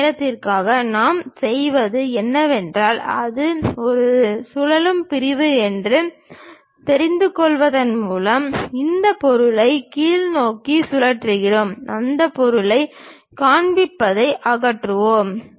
அந்த நோக்கத்திற்காக நாம் செய்வது என்னவென்றால் அது ஒரு சுழலும் பிரிவு என்று தெரிந்துகொள்வதன் மூலம் இந்த பொருளை கீழ்நோக்கி சுழற்றுகிறோம் அந்த பகுதியைக் காண்பிப்பதை அகற்றுவோம்